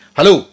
Hello